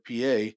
pa